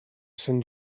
sant